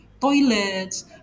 toilets